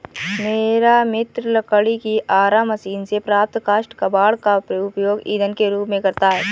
मेरा मित्र लकड़ी की आरा मशीन से प्राप्त काष्ठ कबाड़ का उपयोग ईंधन के रूप में करता है